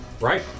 Right